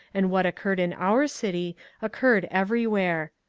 and what occurred in our city occurred everywhere.